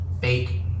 fake